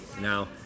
Now